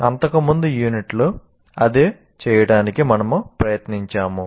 అంతకుముందు యూనిట్లో అదే చేయడానికి మనము ప్రయత్నించాము